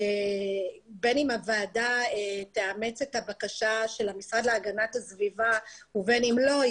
בין אם הוועדה תאמץ את הבקשה של המשרד להגנת הסביבה ובין אם לאו,